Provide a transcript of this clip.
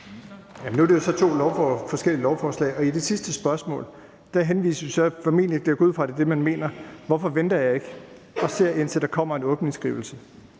nu er der jo tale om to forskellige lovforslag. Og i det sidste spørgsmål ligger der så – jeg går ud fra, at det er det, man mener: Hvorfor venter jeg ikke og ser, om der kommer en åbningsskrivelse?